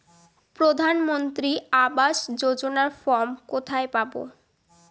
প্রধান মন্ত্রী আবাস যোজনার ফর্ম কোথায় পাব?